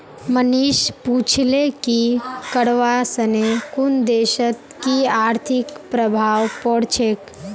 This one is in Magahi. मनीष पूछले कि करवा सने कुन देशत कि आर्थिक प्रभाव पोर छेक